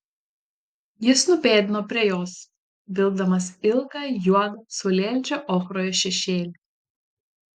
jis nupėdino prie jos vilkdamas ilgą juodą saulėlydžio ochroje šešėlį